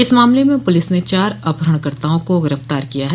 इस मामले में पुलिस ने चार अपहरणकर्ताओं को गिरफतार किया है